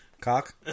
cock